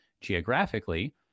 geographically